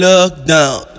Lockdown